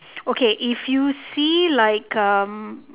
okay if you see like um